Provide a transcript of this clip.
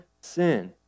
sin